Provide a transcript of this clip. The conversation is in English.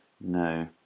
no